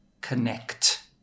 connect